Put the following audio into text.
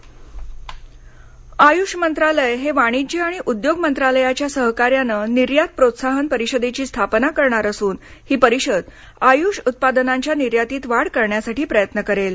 आयष मंत्रालय आयुष मंत्रालय हे वाणिज्य आणि उद्योग मंत्रालयाच्या सहकार्याने निर्यात प्रोत्साहन परिषदेची स्थापना करणार असून ही परिषद आयुष उत्पादनांच्या निर्यातीत वाढ करण्यासाठी प्रयत्न करेल